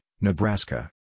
Nebraska